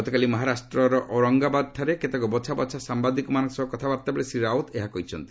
ଗତକାଲି ମହାରାଷ୍ଟ୍ର ଅରଙ୍ଗାବାଦ୍ରେ କେତେକ ବଛାବଛା ସାମ୍ବାଦିକମାନଙ୍କ ସହ କଥାବାର୍ତ୍ତା ବେଳେ ଶ୍ରୀ ରାଓ୍ୱତ୍ ଏହା କହିଛନ୍ତି